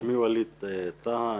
שמי ווליד טאהא.